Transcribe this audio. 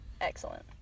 excellent